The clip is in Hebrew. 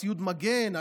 ציוד מגן,